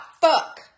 fuck